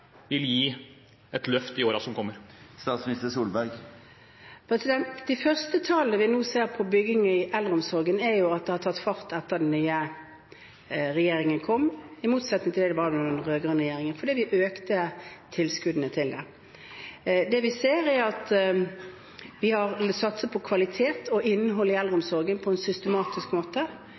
vil gi et løft i årene som kommer? De første tallene vi nå ser på bygging i eldreomsorgen, er at det har tatt fart etter at den nye regjeringen kom, i motsetning til slik det var under den rød-grønne regjeringen, fordi vi økte tilskuddene til det. Det vi ser, er at vi har satset på kvalitet og innhold i eldreomsorgen på en systematisk måte.